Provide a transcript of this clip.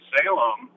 Salem